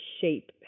shape